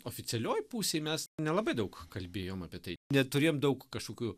oficialioj pusėj mes nelabai daug kalbėjom apie tai neturėjom daug kažkokių